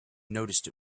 noticed